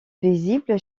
visibles